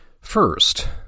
First